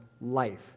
life